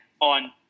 on